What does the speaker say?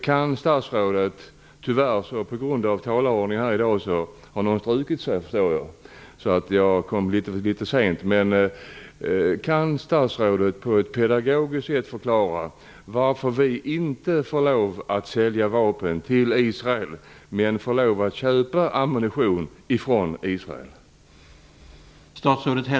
Kan statsrådet på ett pedagogiskt sätt förklara varför vi inte får lov att sälja vapen till Israel medan vi får lov att köpa ammunition från Israel?